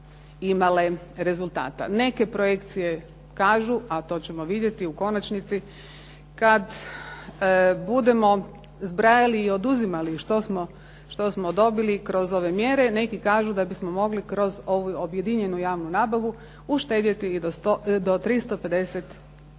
imale rezultata. Neke projekcije kažu, a to ćemo vidjeti u konačnici kad budemo zbrajali i oduzimali što smo dobili kroz ove mjere. Neki kažu da bismo mogli kroz ovu objedinjenu javnu nabavu uštedjeti i do 350